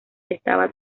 estaba